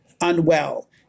unwell